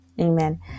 amen